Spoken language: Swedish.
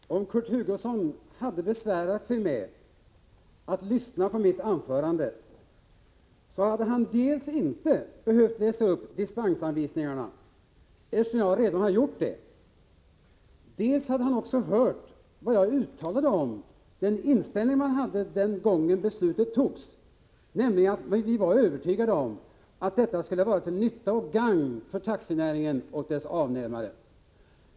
Herr talman! Om Kurt Hugosson hade besvärat sig med att lyssna på mitt anförande hade han dels inte behövt läsa upp dispensanvisningarna, eftersom jag redan gjort det, dels också hört vad jag uttalade om den inställning man hade den gången beslutet togs. Den gången var vi nämligen övertygade om att detta skulle vara till nytta och gagn för taxinäringen och dess avnämare.